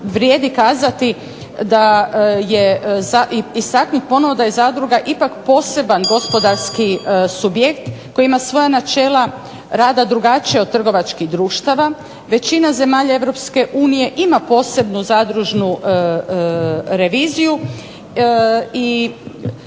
vrijedi kazati da je i istaknuti ponovno da je zadruga ipak poseban gospodarski subjekt koji ima svoja načela rada drugačija od trgovačkih društava. Većina zemalja EU ima posebnu zadružnu reviziju i